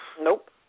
Nope